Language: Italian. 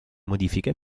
modifiche